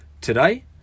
Today